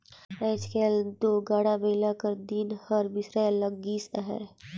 आएज काएल दो गाड़ा बइला कर दिन हर बिसराए लगिस अहे